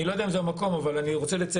אני לא יודע אם זה המקום, אבל אני רוצה לציין,